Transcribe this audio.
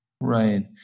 Right